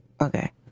Okay